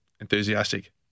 enthusiastic